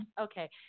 Okay